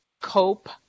cope